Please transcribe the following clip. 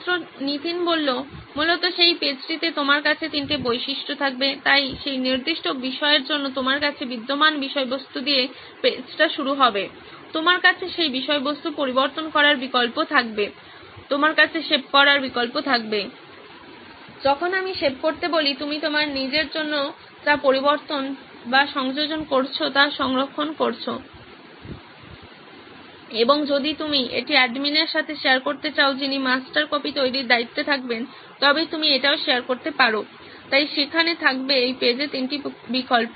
ছাত্র নীতিন মূলত সেই পেজটিতে তোমার কাছে তিনটি বৈশিষ্ট্য থাকবে তাই সেই নির্দিষ্ট বিষয়ের জন্য তোমার কাছে বিদ্যমান বিষয়বস্তু দিয়ে পেজটি শুরু হবে তোমার কাছে সেই বিষয়বস্তু পরিবর্তন করার বিকল্প থাকবে আপনার কাছে সেভ করার বিকল্প থাকবে যখন আমি সেভ করতে বলি তুমি তোমার নিজের জন্য যা পরিবর্তন বা সংযোজন করেছো তা সংরক্ষণ করছো এবং যদি তুমি এটি অ্যাডমিনের সাথে শেয়ার করতে চাও যিনি মাস্টার কপি তৈরির দায়িত্বে থাকবেন তবে তুমি এটিও শেয়ার করতে পারো তাই সেখানে থাকবে এই পেজে তিনটি বিকল্প